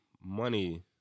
money